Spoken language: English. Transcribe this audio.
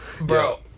Bro